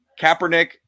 Kaepernick